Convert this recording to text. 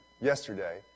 yesterday